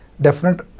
definite